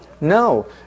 No